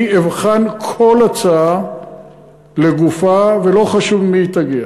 אני אבחן כל הצעה לגופה, ולא חשוב ממי היא תגיע,